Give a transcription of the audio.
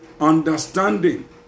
understanding